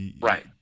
Right